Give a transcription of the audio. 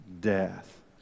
death